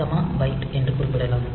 comma byte என்று குறிப்பிடலாம்